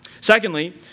Secondly